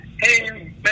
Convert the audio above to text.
hey